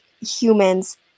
humans